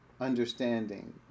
understanding